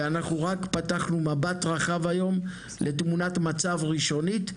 ואנחנו רק פתחנו מבט רחב היום לתמונת מצב ראשונית,